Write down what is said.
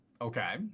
Okay